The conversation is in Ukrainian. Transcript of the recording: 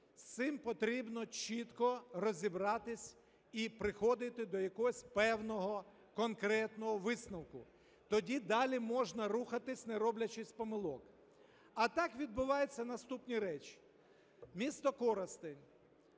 з цим потрібно чітко розібратись і приходити до якогось певного конкретного висновку. Тоді далі можна рухатись, не роблячи помилок. А так відбуваються наступні речі. Місто Коростень,